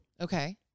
Okay